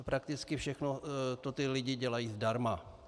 Prakticky všechno to ti lidé dělají zdarma.